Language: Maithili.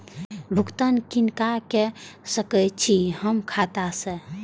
भुगतान किनका के सकै छी हम खाता से?